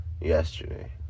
yesterday